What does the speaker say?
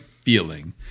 feeling